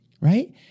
Right